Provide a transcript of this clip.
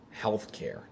healthcare